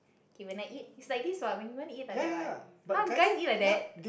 okay when I eat it's like this what when you want to eat like that what !huh! guys eat like that